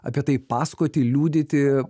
apie tai pasakoti liudyti